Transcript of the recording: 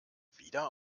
wieder